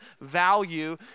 value